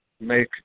make